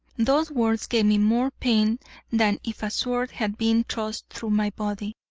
those words gave me more pain than if a sword had been thrust through my body.